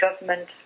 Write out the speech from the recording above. Government